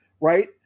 Right